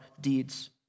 deeds